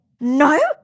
no